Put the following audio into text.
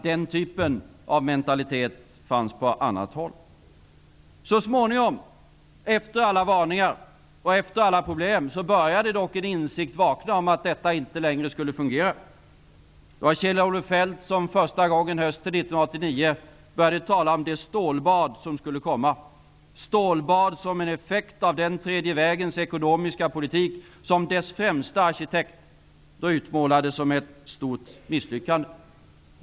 Den typen av mentalitet fanns på annat håll. Så småningom, efter alla varningar och alla problem, började dock en insikt vakna om att detta inte längre skulle fungera. Det var Kjell-Olof Feldt som första gången hösten 1989 började tala om det stålbad som skulle komma - ett stålbad som en effekt av den tredje vägens ekonomiska politik, som dess främste arkitekt utmålade som ett stort misslyckande.